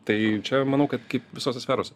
tai čia manau kad kaip visose sferose